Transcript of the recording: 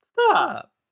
Stop